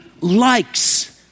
likes